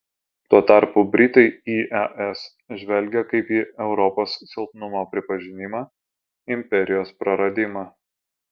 tuo tarpu britai į es žvelgia kaip į europos silpnumo pripažinimą imperijos praradimą